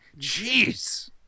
Jeez